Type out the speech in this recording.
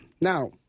Now